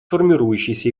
формирующейся